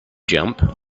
jump